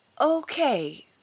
Okay